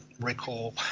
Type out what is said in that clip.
recall